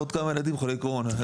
עוד כמה ילדים חולי קרוהן.